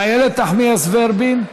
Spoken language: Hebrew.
איילת נחמיאס ורבין,